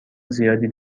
زیادی